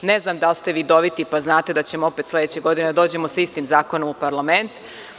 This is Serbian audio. Ne znam da li ste vidoviti pa znate da ćemo opet sledeće godine da dođemo sa istim zakonom u parlament.